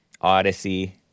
Odyssey